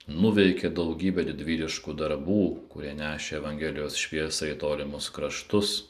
nuveikė daugybę didvyriškų darbų kurie nešė evangelijos šviesą į tolimus kraštus